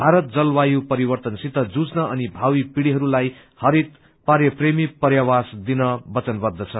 भारत जलवायु परिवर्तनसित जुझ्न अनि भावी पीढिहरूलाई हरित पर्या प्रेमी पर्यावास दिन वचनबद्ध छ